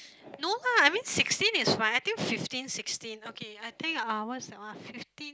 no lah I mean sixteen is fine I think fifteen sixteen okay I think uh what's that one fifteen